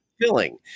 filling